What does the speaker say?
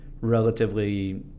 relatively